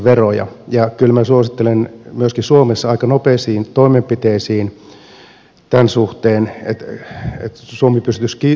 kyllä minä suosittelen myöskin suomessa aika nopeisiin toimenpiteisiin ryhtymistä tämän suhteen että suomi pysyisi kilpailukykyisenä